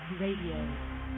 Radio